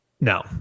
No